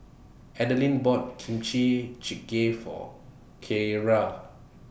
Adelyn bought Kimchi Jigae For Kyara